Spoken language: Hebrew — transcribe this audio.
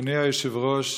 אדוני היושב-ראש,